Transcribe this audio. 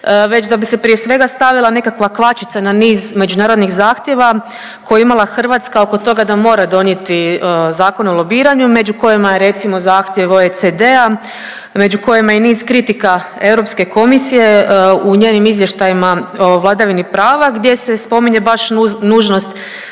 već da bi se prije svega stavila nekakva kvačica na niz međunarodnih zahtjeva koje je imala Hrvatska oko toga da mora donijeti Zakon o lobiranju među kojima je recimo zahtjev OECD-a, među kojima je i niz kritika Europske komisije. U njenim izvještajima o vladavini prava gdje se spominje baš nužnost